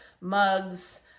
mugs